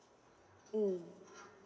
mm